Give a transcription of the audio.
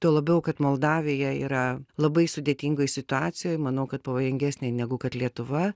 tuo labiau kad moldavija yra labai sudėtingoj situacijoj manau kad pavojingesnėj negu kad lietuva